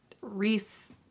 Reese